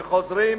שחוזרים,